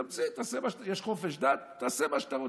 תמציא, יש חופש דת, תעשה מה שאתה רוצה.